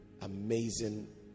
amazing